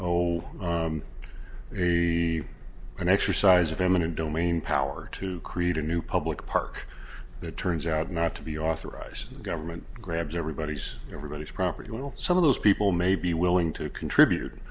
oh a an exercise of eminent domain power to create a new public park that turns out not to be authorized government grabs everybody's everybody's property while some of those people may be willing to contribute